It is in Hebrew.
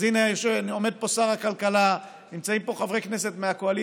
אז הינה עומד פה שר הכלכלה ונמצאים פה חברי כנסת מהקואליציה.